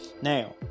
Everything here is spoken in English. Now